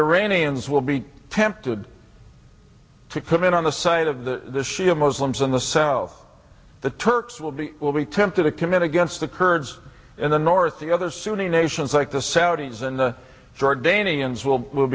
iranians will be tempted to come in on the side of the shia muslims in the south the turks will be will be tempted to commit against the kurds in the north the other sunni nations like the saudis and the jordanians will